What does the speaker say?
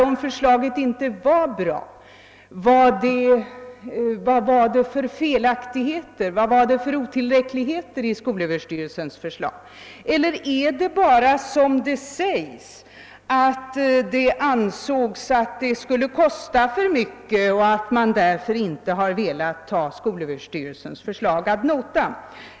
Om förslaget inte var bra: Vilka felaktigheter och otillräckligheter fanns i skolöverstyrelsens förslag? Är det bara som det sägs att det ansågs att det skulle kosta för mycket och att man därför inte har velat ta skolöverstyrelsens förslag ad notam?